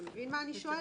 אתה מבין מה שאני שואלת?